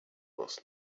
was